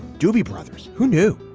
doobie brothers. who knew?